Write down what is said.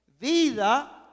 Vida